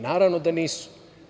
Naravno da nisu.